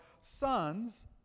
sons